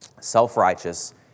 self-righteous